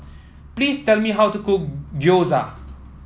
please tell me how to cook Gyoza